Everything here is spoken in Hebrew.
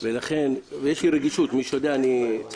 יש לי רגישות גם לפרוטוקולים